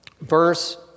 verse